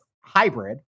hybrid